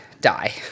die